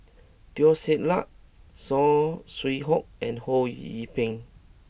Teo Ser Luck Saw Swee Hock and Ho Yee Ping